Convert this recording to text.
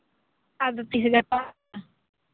ᱟᱫᱚ ᱛᱤᱦᱤᱧ ᱜᱟᱯᱟ ᱠᱚ